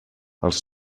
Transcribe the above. els